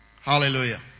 Hallelujah